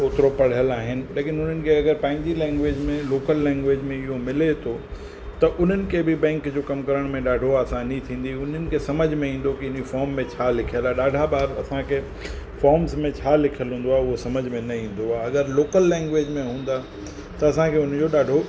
ओतिरो पढ़ियल आहिनि लेकिन अगरि हुननि खे पंहिंजी लैंग्वेज में लोकल लैंग्वेज में इहो मिले थो त उन्हनि खे बि बैंक जो कम करण में ॾाढो आसानी थींदी उन्हनि खे समुझ में ईंदो कि इन फ़ॉम में छा लिखियलु आहे ॾाढा बार असांखे फ़ॉम्स में छा लिखियल हूंदो आहे उहो समुझ में न ईंदो आहे अगरि लोकल लैंग्वेज में हूंदा त असांखे उनजो ॾाढो